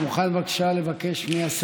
עמוקה ומתוך שליחות להביא